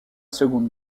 seconde